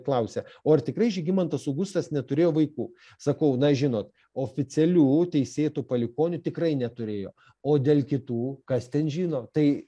klausia o ar tikrai žygimantas augustas neturėjo vaikų sakau na žinot oficialių teisėtų palikuonių tikrai neturėjo o dėl kitų kas ten žino tai